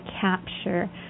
capture